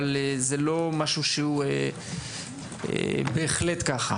אבל זה לא בהכרח כך.